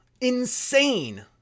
Insane